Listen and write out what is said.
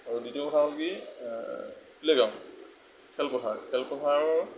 আৰু দ্বিতীয় কথা হ'ল কি প্লে'গ্ৰাউণ্ড খেলপথাৰ খেলপথাৰৰ